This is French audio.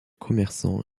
commerçants